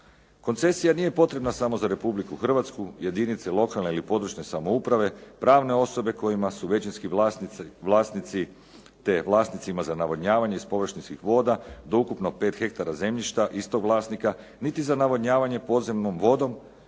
Koncesija nije potrebna samo za Republiku Hrvatsku, jedinice lokalne ili područne samouprave, pravne osobe kojima su većinski vlasnici, te vlasnicima za navodnjavanje iz površinskih voda do ukupno 5 hektara zemljišta istog vlasnika, niti za navodnjavanje podzemnom vodom